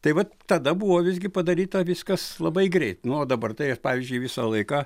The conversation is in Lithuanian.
tai vat tada buvo visgi padaryta viskas labai greit nu o dabar tai aš pavyzdžiui visą laiką